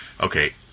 Okay